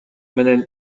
менен